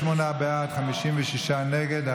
49 בעד, 56 נגד.